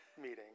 meeting